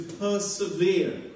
persevere